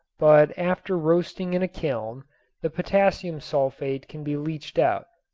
but after roasting in a kiln the potassium sulfate can be leached out.